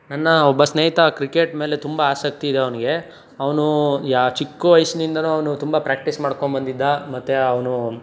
ನನ್ನ ಒಬ್ಬ ಸ್ನೇಹಿತ ಕ್ರಿಕೆಟ್ ಮೇಲೆ ತುಂಬ ಆಸಕ್ತಿ ಇದೆ ಅವನಿಗೆ ಅವನು ಯ ಚಿಕ್ಕ ವಯಸ್ಸಿನಿಂದನೂ ಅವನು ತುಂಬ ಪ್ರ್ಯಾಕ್ಟಿಸ್ ಮಾಡ್ಕೊಂಡು ಬಂದಿದ್ದ ಮತ್ತು ಅವನು